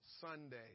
Sunday